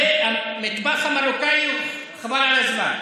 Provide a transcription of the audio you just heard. המטבח המרוקאי הוא חבל על הזמן.